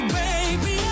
baby